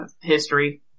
history